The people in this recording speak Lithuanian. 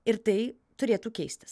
ir tai turėtų keistis